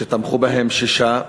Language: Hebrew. ותמכו בהן שישה.